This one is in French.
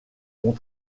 ont